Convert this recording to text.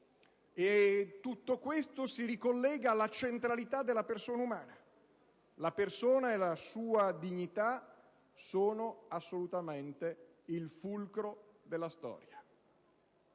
Tutto questo si ricollega alla centralità della persona umana. La persona e la sua dignità sono il fulcro della storia.